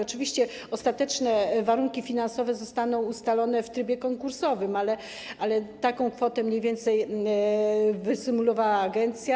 Oczywiście ostateczne warunki finansowe zostaną ustalone w trybie konkursowym, ale taką kwotę mniej więcej wysymulowała agencja.